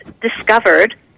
discovered